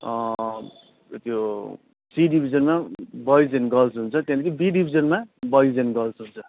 त्यो सी डिभिजनमा boys and girls हुन्छ त्यहाँदेखि बी डिभिजनमा बोइज एन गर्ल्स हुन्छ